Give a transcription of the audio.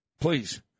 please